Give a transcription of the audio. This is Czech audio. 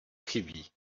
chybí